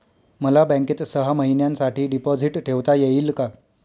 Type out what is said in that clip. मला बँकेत सहा महिन्यांसाठी डिपॉझिट ठेवता येईल का?